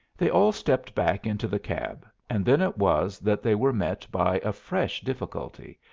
they all stepped back into the cab, and then it was that they were met by a fresh difficulty,